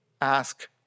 ask